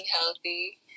healthy